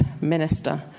minister